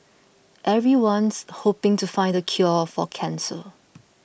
everyone's hoping to find the cure for cancer